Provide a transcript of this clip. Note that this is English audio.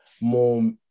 more